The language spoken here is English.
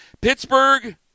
Pittsburgh